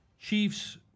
Chiefs